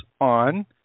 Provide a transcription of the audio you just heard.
on